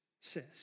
says